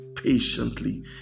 Patiently